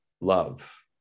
love